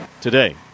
Today